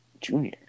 junior